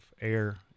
air